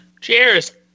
Cheers